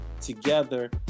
together